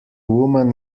woman